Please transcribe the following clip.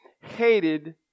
hated